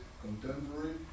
contemporary